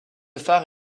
phare